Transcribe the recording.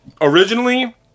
originally